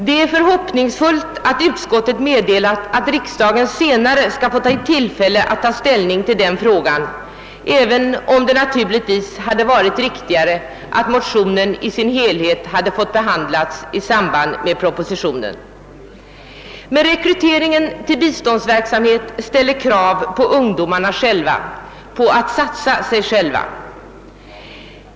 Det är hoppingivande att utskottet meddelat att riksdagen senare skall få tillfälle att ta ställning till denna fråga, även om det naturligtvis hade varit riktigare att motionen i dess helhet hade fått behandlas i samband med propositionen om biståndsverksamheten. Men rekryteringen till biståndsverksamhet ställer krav på ungdomarna, på att de satsar sig själva.